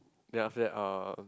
then after that uh